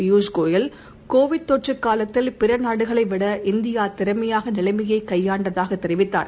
Piyush Goyal Covid தொற்றுகாலத்தில் பிறநாடுகளைவிட இந்தியாதிறமையாகநிலைமையைகையாண்டதாகதெரிவித்தார்